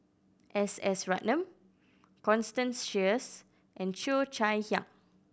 S S Ratnam Constance Sheares and Cheo Chai Hiang